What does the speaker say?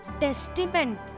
testament